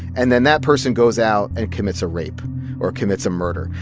and then that person goes out and commits a rape or commits a murder,